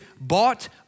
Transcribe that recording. bought